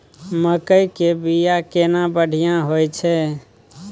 मकई के बीया केना बढ़िया होय छै?